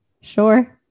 sure